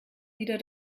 wieder